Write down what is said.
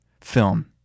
Film